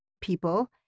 people